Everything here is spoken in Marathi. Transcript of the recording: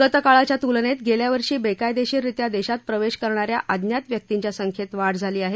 गतकाळाच्या तुलनेत गेल्या वर्षी बेकायदेशीररित्या देशात प्रवेश करणा या अज्ञात व्यक्तींच्या संख्येत वाढ झाली आहे